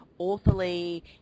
Authorly